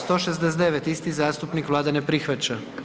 169. isti zastupnik Vlada ne prihvaća.